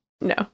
no